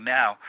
now